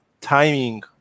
timing